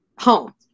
home